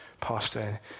pastor